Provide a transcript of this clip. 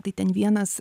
tai ten vienas